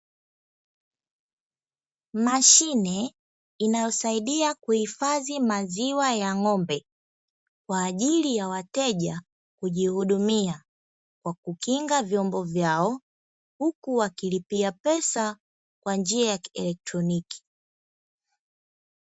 Mashine inayosaidia kuhifadhi maziwa ya ng'ombe, kwa ajili ya wateja kujihudumia kwa kukinga vyombo vyao, huku wakilipia pesa kwa njia ya kielektroniki.